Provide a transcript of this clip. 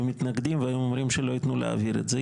מתנגדים והיו אומרים של איתנו להעביר את זה.